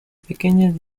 pequeñas